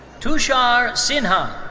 tushar sinha.